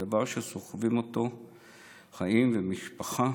זה דבר שסוחבים אותו חיים ומשפחה,